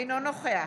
אינו נוכח